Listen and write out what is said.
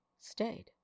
stayed